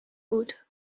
بود